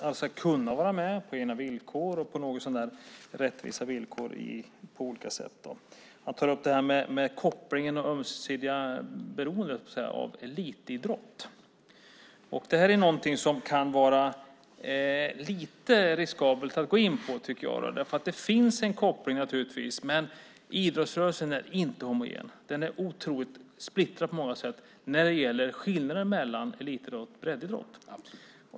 Alla ska kunna vara med på egna villkor och på något så när rättvisa villkor, på olika sätt. Han tar upp kopplingen och det ömsesidiga beroendet när det gäller elitidrott. Det är någonting som det kan vara lite riskabelt att gå in på, tycker jag. Det finns naturligtvis en koppling. Men idrottsrörelsen är inte homogen. Den är otroligt splittrad på många sätt när det gäller skillnaden mellan elitidrott och breddidrott.